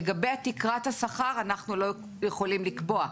לגבי תקרת השכר, אנחנו לא יכולים לקבוע.